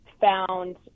found